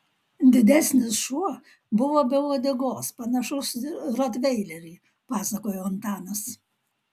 didesnis šuo buvo be uodegos panašus į rotveilerį pasakojo antanas